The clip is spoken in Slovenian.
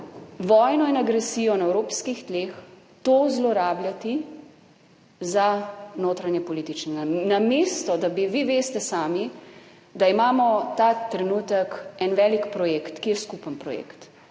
vojno in agresijo na evropskih tleh, to zlorabljati za notranjepolitične, namesto da bi, vi veste sami, da imamo ta trenutek en velik projekt, ki je skupen projekt